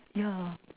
yeah